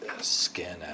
skin